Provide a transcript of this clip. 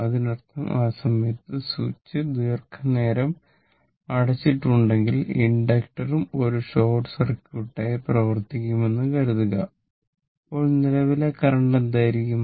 അതിനർത്ഥം ആ സമയത്ത് സ്വിച്ച് ദീർഘനേരം അടച്ചിട്ടുണ്ടെങ്കിൽ ഇൻഡക്ടറും ഒരു ഷോർട്ട് സർക്യൂട്ടായി പ്രവർത്തിക്കുമെന്ന് കരുതുക അപ്പോൾ നിലവിലെ കറന്റ് എന്തായിരിക്കും